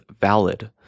valid